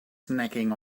snacking